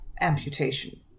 amputation